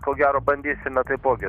ko gero bandysime taipogi